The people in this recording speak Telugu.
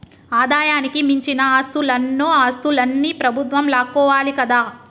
ఆదాయానికి మించిన ఆస్తులన్నో ఆస్తులన్ని ప్రభుత్వం లాక్కోవాలి కదా